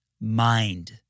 mind